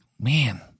man—